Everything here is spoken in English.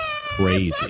Crazy